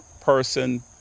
person